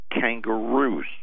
kangaroos